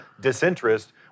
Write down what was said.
disinterest